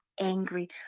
angry